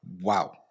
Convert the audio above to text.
wow